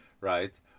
right